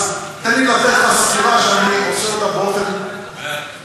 אז תן לי לתת לך סקירה שאני עושה אותה באופן רבעוני,